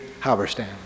Halberstam